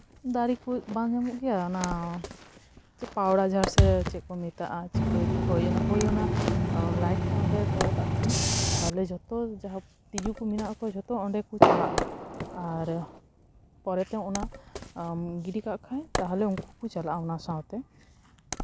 ᱫᱟᱨᱮ ᱠᱷᱚᱡ ᱵᱟᱝ ᱦᱩᱭᱩᱜ ᱜᱮᱭᱟ ᱚᱱᱟ ᱯᱟᱣᱲᱟ ᱡᱷᱟᱲ ᱥᱮ ᱪᱮᱫ ᱠᱚ ᱢᱮᱛᱟᱜᱼᱟ ᱪᱤᱠᱟᱭᱟᱠᱚ ᱦᱳᱭ ᱚᱱᱟ ᱞᱟᱭᱤᱴ ᱚᱸᱰᱮ ᱛᱚᱞ ᱠᱟᱜ ᱠᱷᱟᱱ ᱛᱟᱦᱚᱞᱮ ᱡᱚᱛᱚ ᱡᱟᱦᱟᱸ ᱛᱤᱸᱡᱩ ᱠᱚ ᱢᱮᱱᱟᱜ ᱠᱚᱣᱟ ᱡᱚᱛᱚ ᱛᱤᱸᱡᱩ ᱠᱚ ᱡᱷᱚᱛᱚ ᱚᱸᱰᱮ ᱠᱚ ᱪᱟᱞᱟᱜᱼᱟ ᱟᱨ ᱯᱚᱨᱮᱛᱮ ᱚᱱᱟ ᱜᱤᱰᱤ ᱠᱟᱜ ᱠᱷᱟᱡ ᱛᱟᱦᱚᱞᱮ ᱩᱱᱠᱩ ᱠᱚ ᱪᱟᱞᱟᱜᱼᱟ ᱚᱱᱟ ᱥᱟᱶᱛᱮ